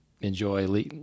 enjoy